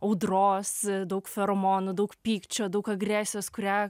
audros daug feromonų daug pykčio daug agresijos kurią